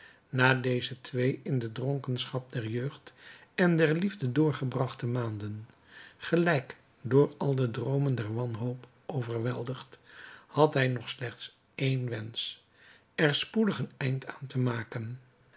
na deze twee in de dronkenschap der jeugd en der liefde doorgebrachte maanden tegelijk door al de droomen der wanhoop overweldigd had hij nog slechts één wensch er spoedig een einde aan te maken